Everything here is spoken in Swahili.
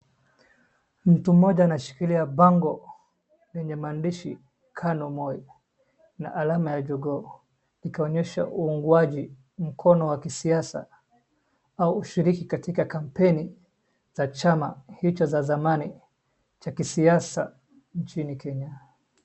Mtu mmoja anashikilia bango lenye maandishi KANU Moi na alama ya jogooo ikionyesha uugwaji mkono wa kisiasa au ushiriki katika kampeini za chama hicho za zamani cha kisiasa nchini Kenya.